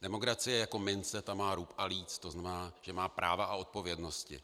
Demokracie je jako mince, má rub a líc, to znamená, že má práva a odpovědnosti.